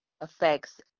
affects